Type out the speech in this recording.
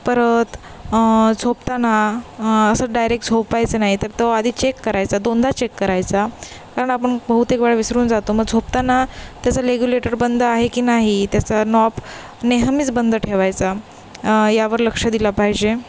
परत झोपताना असं डायरेक्ट झोपायचं नाही तर तो आधी चेक करायचा दोनदा चेक करायचा कारण आपण बहुतेक वेळा विसरून जातो मग झोपताना त्याचं लेग्युलेटर बंद आहे की नाही त्याचा नॉब नेहमीच बंद ठेवायचा यावर लक्ष दिला पाहिजे